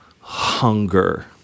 hunger